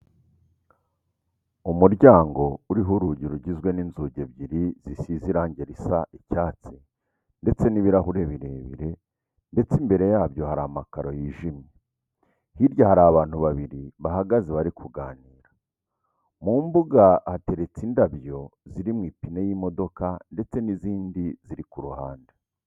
Umuryango uriho urugi rugizwe n'inzugi ebyiri zisize irange risa icyatsi ndetse n'ibirahure birebire ndetse imbere yabyo hari amakaro yijimye. Hirya hari abantu babiri, bahagaze bari kuganira. Mu mbuga hayeretse indabyo ziri mu ipine y'imodoka ndetse n'izindi ziri ku ruhande.